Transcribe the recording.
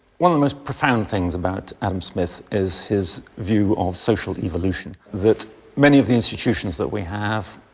one of the most profound things about adam smith is his view of social evolution. that many of the institutions that we have,